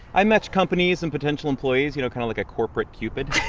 i match companies and potential employees. you know, kind of like a corporate cupid.